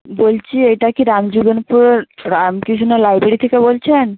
বলছি এটা কি রামজীবনপুর রামকৃষ্ণ লাইব্রেরী থেকে বলছেন